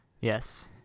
Yes